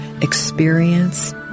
experience